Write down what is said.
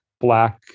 black